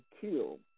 kill